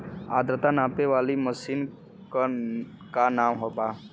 आद्रता नापे वाली मशीन क का नाव बा?